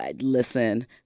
Listen